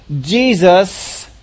Jesus